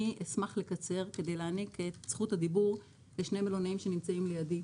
אשמח לקצר כדי להעניק את זכות הדיבור לשני מלונאים שנמצאים לידי,